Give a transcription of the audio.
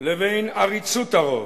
לבין עריצות הרוב.